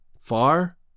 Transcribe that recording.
far